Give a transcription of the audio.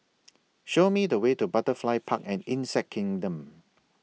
Show Me The Way to Butterfly Park and Insect Kingdom